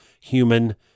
human